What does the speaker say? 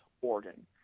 organ